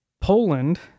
Poland